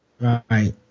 Right